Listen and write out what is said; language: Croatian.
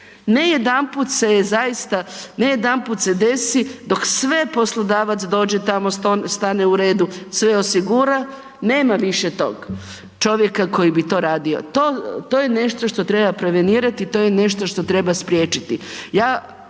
Ne jedanput se zaista, ne jedanput se desi dok sve poslodavac dođe tamo, stane u redu, sve osigura nema više tog čovjeka koji bi to radio. To je nešto što treba prevenirati i to je nešto što treba spriječiti.